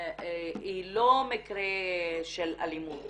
היא לא מקרה של אלימות